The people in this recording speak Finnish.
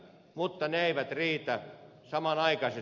mutta ne eivät riitä